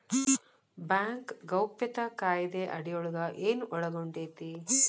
Bank ಗೌಪ್ಯತಾ ಕಾಯಿದೆ ಅಡಿಯೊಳಗ ಏನು ಒಳಗೊಂಡೇತಿ?